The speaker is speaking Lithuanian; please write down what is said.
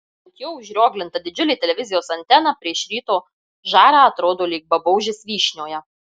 ant jo užrioglinta didžiulė televizijos antena prieš ryto žarą atrodo lyg babaužis vyšnioje